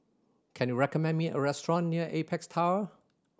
can you recommend me a restaurant near Apex Tower